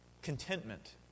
contentment